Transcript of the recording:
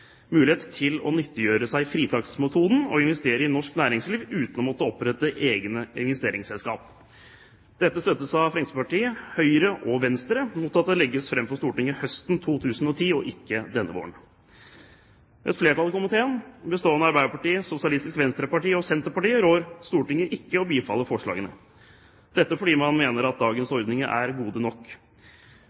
mulighet til å nyttiggjøre seg fritaksmetoden, og å investere i norsk næringsliv, uten å måtte opprette egne investeringsselskap.» Dette støttes av Fremskrittspartiet, Høyre og Venstre, mot at det legges fram for Stortinget høsten 2010 og ikke denne våren. Et flertall i komiteen, bestående av Arbeiderpartiet, Sosialistisk Venstreparti og Senterpartiet, rår Stortinget til ikke å bifalle forslagene fordi man mener at dagens ordninger er gode nok.